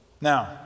Now